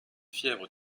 fièvre